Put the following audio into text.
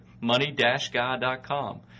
money-guy.com